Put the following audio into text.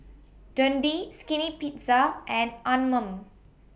Dundee Skinny Pizza and Anmum